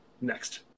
next